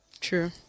True